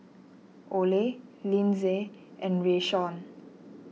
Ole Linzy and Rayshawn